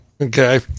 Okay